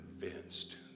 convinced